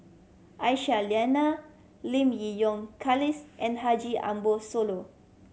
Aisyah Lyana Lim Yi Yong and Haji Ambo Sooloh